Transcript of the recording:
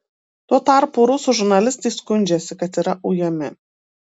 tuo tarpu rusų žurnalistai skundžiasi kad yra ujami